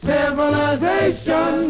Civilization